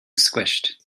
squished